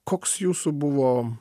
koks jūsų buvo